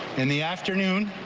in the afternoon.